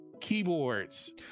keyboards